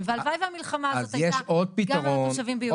והלוואי והמלחמה הזאת הייתה גם על התושבים ביהודה ושומרון.